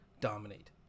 dominate